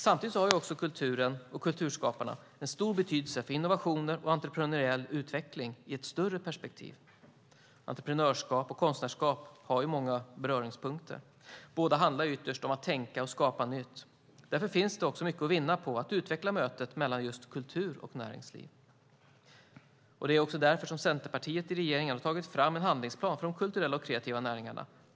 Samtidigt har kulturen och kulturskaparna en stor betydelse för innovationer och entreprenöriell utveckling i ett större perspektiv. Entreprenörskap och konstnärskap har många beröringspunkter. Båda handlar ytterst om att tänka och skapa nytt. Därför finns det också mycket att vinna på att utveckla mötet mellan just kultur och näringsliv. Det är också därför som Centerpartiet i regeringen har tagit fram en handlingsplan för de kulturella och kreativa näringarna.